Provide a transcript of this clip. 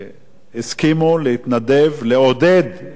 הסכימו להתנדב לעודד את התרומה,